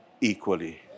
equally